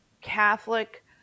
Catholic